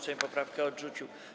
Sejm poprawkę odrzucił.